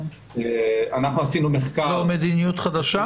זו מדיניות חדשה?